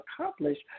accomplished